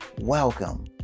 Welcome